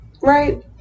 right